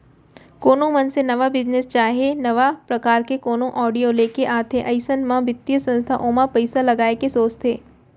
कोनो मनसे नवा बिजनेस चाहे नवा परकार के कोनो आडिया लेके आथे अइसन म बित्तीय संस्था ओमा पइसा लगाय के सोचथे